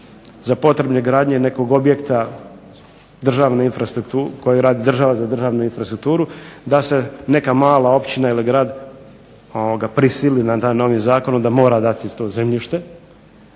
za potrebne gradnje nekog objekta državne, koju radi država za državnu infrastrukturu da se neka mala općina ili grad prisili novim zakonom da mora dati to zemljište,